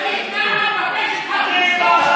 טיבי, תודה.